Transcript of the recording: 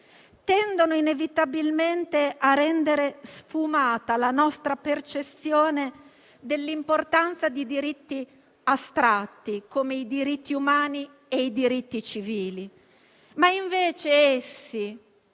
tendono inevitabilmente a rendere sfumata la nostra percezione dell'importanza di diritti astratti come quelli umani e civili. Essi, invece,